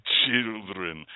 children